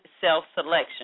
self-selection